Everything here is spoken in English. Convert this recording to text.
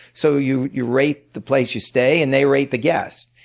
so you you rate the place you stay and they rate the guest.